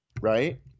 Right